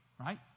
Right